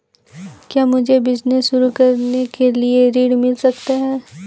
क्या मुझे बिजनेस शुरू करने के लिए ऋण मिल सकता है?